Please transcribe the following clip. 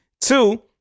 Two